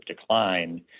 decline